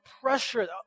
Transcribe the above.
pressure